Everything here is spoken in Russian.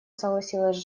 согласилась